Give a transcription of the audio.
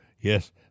yes